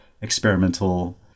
experimental